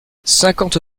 cinquante